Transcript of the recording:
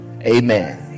amen